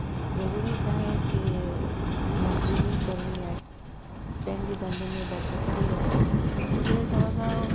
ज़रूरी न आहे कि नौकिरी ई करिणी आहे पंहिंजे धंधे में बरकत बि आहे त मुंहिंजे हिसाब सां